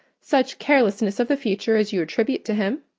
such carelessness of the future, as you attribute to him.